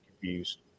confused